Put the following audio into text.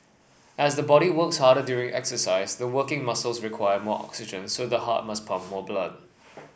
as the body works harder during exercise the working muscles require more oxygen so the heart must pump more blood